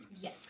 Yes